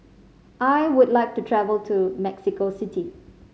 I would like to travel to Mexico City